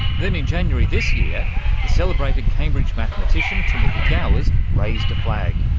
then in january this year the celebrated cambridge mathematician timothy gowers raised a flag,